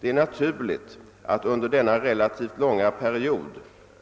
Det är naturligt att under denna relativt långa period